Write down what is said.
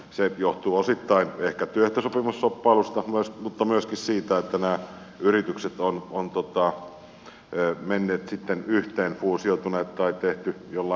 se johtuu osittain ehkä työehtosopimusshoppailusta mutta myöskin siitä että nämä yritykset ovat menneet yhteen fuusioituneet tai on tehty jollain muulla tavalla näitä